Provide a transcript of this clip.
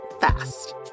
fast